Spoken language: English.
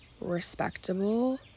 respectable